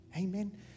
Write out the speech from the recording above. Amen